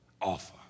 offer